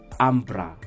ambra